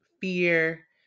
fear